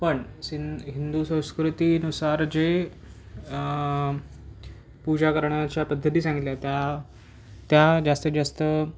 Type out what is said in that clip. पण सिं हिंदू संस्कृतीनुसार जे पूजा करण्याच्या पद्धती सांगितल्या त्या त्या जास्तीत जास्त